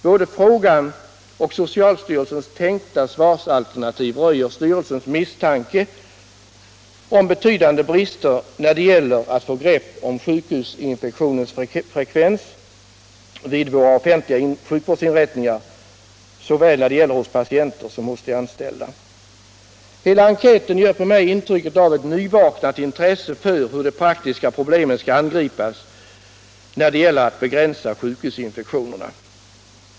Både frågan och socialstyrelsens svarsalternativ röjer styrelsens misstanke om betydande brister när det gäller att få grepp om sjukhusinfektionens frekvens vid våra offentliga sjukvårdsinrättningar hos såväl patienter som anställda. Hela enkäten gör på mig intryck av ett nyvaknat intresse för hur de praktiska problemen skall angripas när det gäller att begränsa sjukhusinfektionerna.